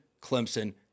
Clemson